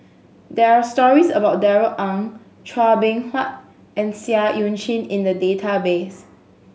there are stories about Darrell Ang Chua Beng Huat and Seah Eu Chin in the database